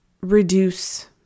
reduce